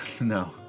No